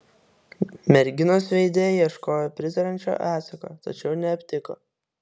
merginos veide ieškojo pritariančio atsako tačiau neaptiko